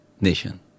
nation